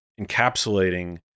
encapsulating